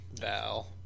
Val